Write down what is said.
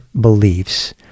beliefs